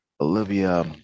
olivia